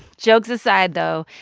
jokes aside, though,